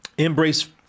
embrace